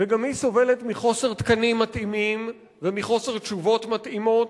וגם היא סובלת מחוסר תקנים מתאימים ומחוסר תשובות מתאימות.